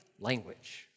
language